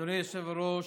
אדוני היושב-ראש,